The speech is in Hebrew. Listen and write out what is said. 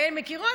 והן מכירות,